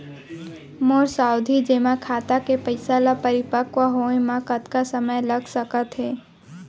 मोर सावधि जेमा खाता के पइसा ल परिपक्व होये म कतना समय लग सकत हे?